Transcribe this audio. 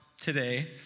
today